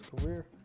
career